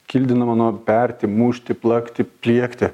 kildinama nuo perti mušti plakti pliekti